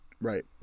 Right